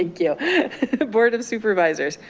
ah yeah board of supervisors,